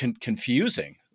confusing